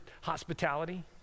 hospitality